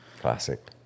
Classic